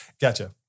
gotcha